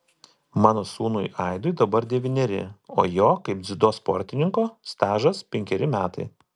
mano sūnui aidui dabar devyneri o jo kaip dziudo sportininko stažas penkeri metai